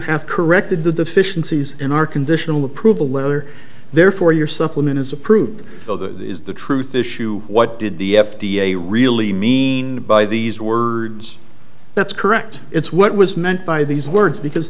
have corrected the deficiencies in our conditional approval letter therefore your supplement is approved so that is the truth issue what did the f d a really mean by these words that's correct it's what was meant by these words because